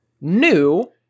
new